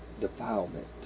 defilement